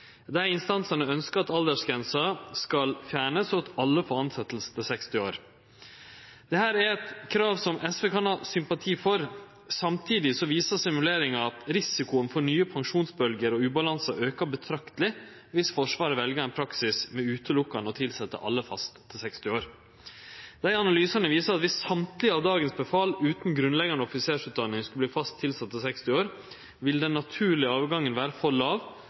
Dei instansane ønskjer at aldersgrensa skal fjernast, og at alle får tilsetjing til 60 år. Dette er eit krav som SV kan ha sympati for. Samtidig viser simuleringar at risikoen for nye pensjonsbølgjer og ubalanse aukar betrakteleg dersom Forsvaret vel ein praksis med utelukkande å tilsetje alle fast til 60 år. Dei analysane viser at dersom alle dagens befal utan grunnleggjande offisersutdanning skulle verte fast tilsette til 60 år, ville den naturlege avgangen vere